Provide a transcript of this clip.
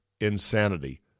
insanity